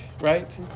right